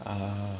ah